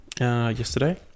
yesterday